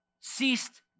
ceased